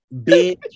bitch